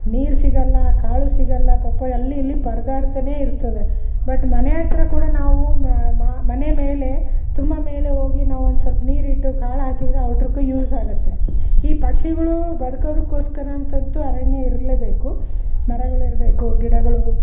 ನೀರು ಸಿಗೊಲ್ಲ ಕಾಳು ಸಿಗೊಲ್ಲ ಪಾಪ ಅಲ್ಲಿ ಇಲ್ಲಿ ಪರದಾಡ್ತ ಇರ್ತವೆ ಬಟ್ ಮನೆ ಹತ್ರ ಕೂಡ ನಾವು ಮನೆ ಮೆಲೆ ತುಂಬ ಮೇಲೆ ಹೋಗಿ ನಾವು ಒಂದು ಸ್ವಲ್ಪ್ ನೀರಿಟ್ಟು ಕಾಳು ಹಾಕಿದ್ರೆ ಔಟ್ರುಕು ಯೂಸ್ ಆಗುತ್ತೆ ಈ ಪಕ್ಷಿಗಳು ಬದುಕೋದಕೋಸ್ಕರ ಅಂತ ಅಂತು ಅರಣ್ಯ ಇರಲೇಬೇಕು ಮರಗಳು ಇರಬೇಕು ಗಿಡಗಳು